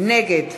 נגד